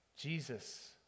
Jesus